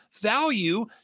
value